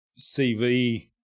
cv